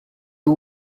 two